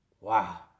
Wow